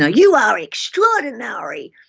ah you are extraordinary,